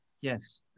Yes